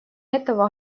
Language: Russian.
этого